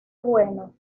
bueno